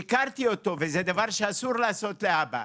שיקרתי לו, וזה דבר שאסור לעשות לאבא,